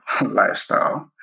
lifestyle